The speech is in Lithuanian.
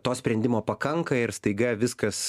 to sprendimo pakanka ir staiga viskas